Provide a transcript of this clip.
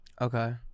Okay